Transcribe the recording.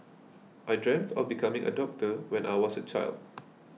I dreamt of becoming a doctor when I was a child